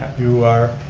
you are.